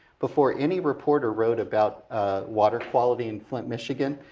before any reporter wrote about water quality in flint, michigan,